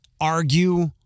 argue